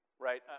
right